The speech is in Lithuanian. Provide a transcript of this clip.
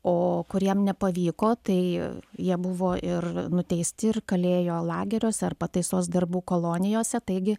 o kuriem nepavyko tai jie buvo ir nuteisti ir kalėjo lageriuose ar pataisos darbų kolonijose taigi